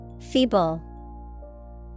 Feeble